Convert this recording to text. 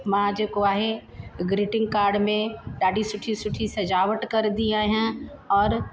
मां जेको आहे ग्रीटिंग काड में ॾाढी सुठी सुठी सजावट कंदी आहियां और